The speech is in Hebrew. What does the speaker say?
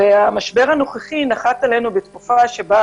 המשבר הנוכחי נחת עלינו בתקופה שבה